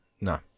No